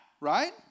right